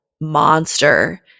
monster